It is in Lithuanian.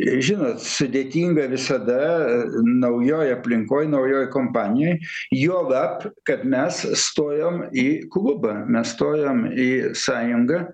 žinot sudėtinga visada naujoj aplinkoj naujoj kompanijoj juolab kad mes stojom į klubą mes stojom į sąjungą